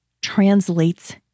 translates